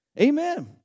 Amen